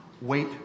wait